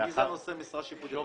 מי זה נושאי משרה שיפוטית?